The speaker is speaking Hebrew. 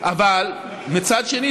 מצד שני,